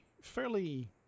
Fairly